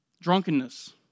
Drunkenness